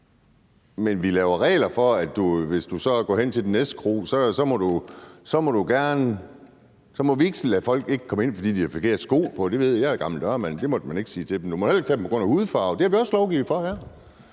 Men vi laver regler for, at hvis du så går hen til den næste kro, må de ikke nægte dig at komme ind, fordi du har forkerte sko på. Jeg er gammel dørmand, så det ved jeg at man ikke måtte sige til dem. Man må heller ikke nægte det på grund af hudfarve, det har vi også lovgivet for her.